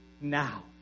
now